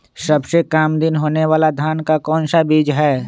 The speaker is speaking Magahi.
सबसे काम दिन होने वाला धान का कौन सा बीज हैँ?